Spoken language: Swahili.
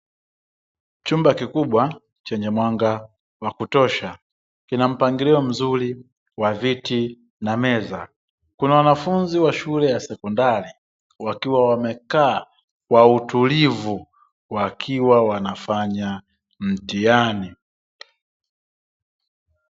Chumba kikubwa chenye mwanga wakutosha kina mpangilio mzuri wa viti na meza, kuna wanafunzi wa shule ya sekondari wakiwa wamekaa kwa utulivu wakiwa wanafanya mtihani.